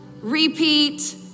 repeat